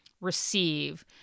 receive